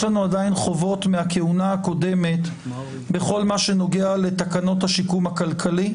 יש לנו עדיין חובות מהכהונה הקודמת בכל מה שנוגע לתקנות השיקום הכלכלי.